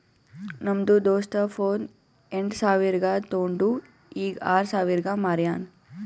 ನಮ್ದು ದೋಸ್ತ ಫೋನ್ ಎಂಟ್ ಸಾವಿರ್ಗ ತೊಂಡು ಈಗ್ ಆರ್ ಸಾವಿರ್ಗ ಮಾರ್ಯಾನ್